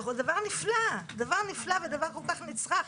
זה דבר נפלא ודבר כל כך נצרך.